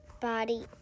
body